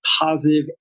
positive